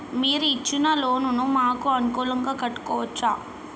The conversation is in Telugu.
మీరు ఇచ్చిన లోన్ ను మాకు అనుకూలంగా కట్టుకోవచ్చా?